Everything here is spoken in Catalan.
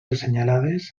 assenyalades